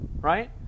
Right